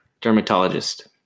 Dermatologist